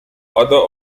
other